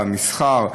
במסחר,